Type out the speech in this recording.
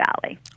Valley